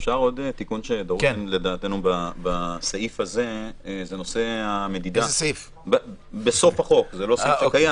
דרוש עוד תיקון בסעיף הזה בסוף החוק וזה נושא המדידה